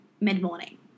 mid-morning